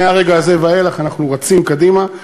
מהרגע הזה ואילך אנחנו רצים קדימה.